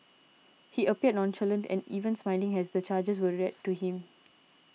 he appeared nonchalant and even smiling as the charges were read to him